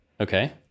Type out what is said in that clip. okay